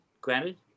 granted